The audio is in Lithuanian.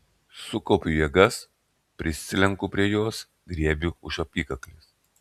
sukaupiu jėgas prislenku prie jos griebiu už apykaklės